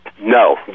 No